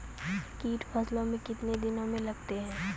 कीट फसलों मे कितने दिनों मे लगते हैं?